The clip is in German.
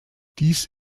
dies